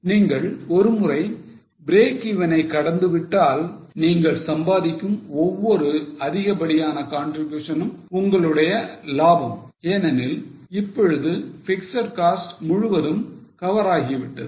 நீங்கள் ஒருமுறை பிரேக் ஈவனைக் கடந்து விட்டால் நீங்கள் சம்பாதிக்கும் ஒவ்வொரு அதிகப்படியான contribution னும் உங்களுடைய லாபம் ஏனெனில் இப்பொழுது பிக்ஸட் காஸ்ட் முழுவதும் cover ஆகிவிட்டது